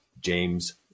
James